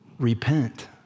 Repent